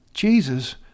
Jesus